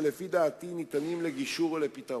שלפי דעתי ניתנים לגישור ולפתרון.